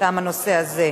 תם הנושא הזה.